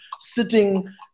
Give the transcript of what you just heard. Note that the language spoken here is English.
sitting